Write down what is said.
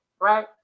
right